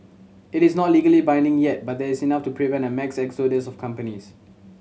it is not legally binding yet but there's enough to prevent a mass exodus of companies